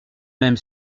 même